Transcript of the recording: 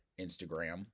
Instagram